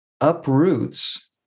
uproots